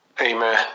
Amen